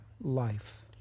life